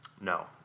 No